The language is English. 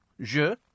je